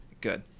good